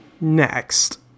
Next